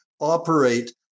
operate